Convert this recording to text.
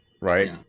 right